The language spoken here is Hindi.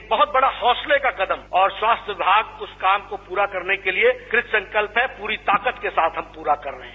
एक बहुत बड़ा हौसले का कदम और स्वास्थ्य विभाग उस काम को पूरा करने के लिए कृतसंकल्प है पूरी ताकत के साथ हम पूरा कर रहे हैं